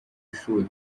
ishuri